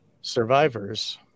survivors